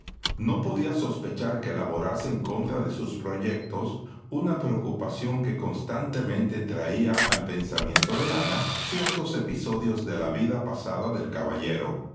no podía sospechar que laborase en contra de sus proyectos una preocupación que constantemente traía al pensamiento de ana ciertos episodios de la vida pasada del caballero